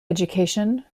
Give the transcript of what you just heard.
education